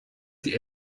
die